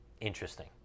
interesting